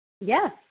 yes